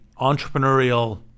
entrepreneurial